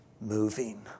moving